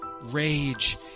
rage